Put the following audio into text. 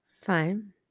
Fine